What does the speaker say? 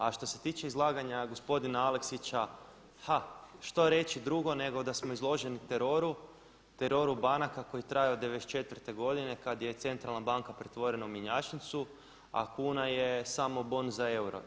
A što se tiče izlaganja gospodina Aleksića ha što reći drugo nego da smo izloženi teroru, teroru banaka koji traje od '94. godine kad je centralna banka pretvorena u mjenjačnicu, a kuna je samo bon za euro.